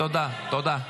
תודה.